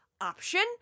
option